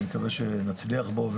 אני מקווה שנצליח בו,